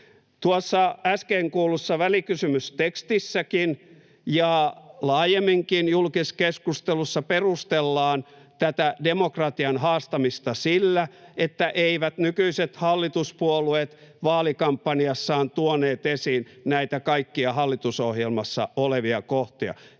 äsken kuullussa välikysymystekstissäkin ja laajemminkin julkisessa keskustelussa perustellaan tätä demokratian haastamista sillä, että eivät nykyiset hallituspuolueet vaalikampanjassaan tuoneet esiin näitä kaikkia hallitusohjelmassa olevia kohtia.